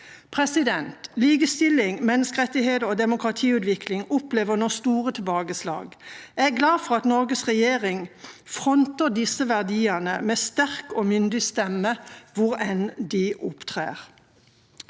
jeg lest. Likestilling, menneskerettigheter og demokratiutvikling opplever nå store tilbakeslag. Jeg er glad for at Norges regjering fronter disse verdiene med sterk og myndig stemme hvor enn de opptrer.